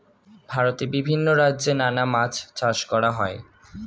ভারতে বিভিন্ন রাজ্যে নানা মাছ চাষ করা হয়